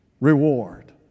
reward